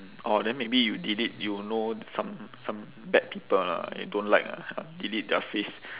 orh then maybe you delete you know some some bad people lah you don't like ah delete their face